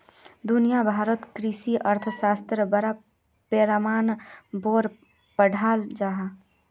दुनिया भारोत कृषि अर्थशाश्त्र बड़ा पैमानार पोर पढ़ाल जहा